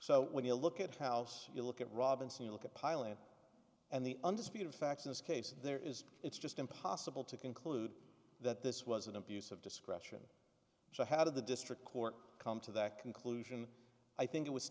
so when you look at house you look at robinson you look at piling and the undisputed facts in this case there is it's just impossible to conclude that this was an abuse of discretion so how did the district court come to that conclusion i think it was